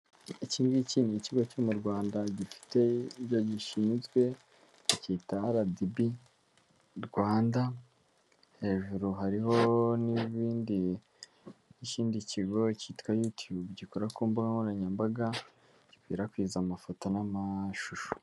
Iki ngiki ni ikigo cyo mu Rwanda gifite ibyo gishinzwe cyita RDB Rwanda, hejuru hariho n'ibindi, nk'ikindi kigo cyitwa yutube gikora ku mbuga nkoranyambaga, gikwirakwiza amafoto n'amashusho.